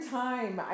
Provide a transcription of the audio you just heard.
time